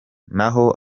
naho